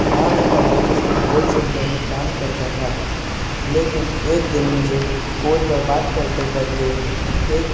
हाँ मैं पढ़ाई के साथ कॉल सेंटर में काम करता था लेकिन एक दिन मुझे कॉल पर बात करते करते एक